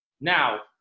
Now